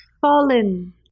fallen